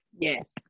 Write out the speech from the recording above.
yes